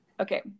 Okay